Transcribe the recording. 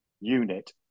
unit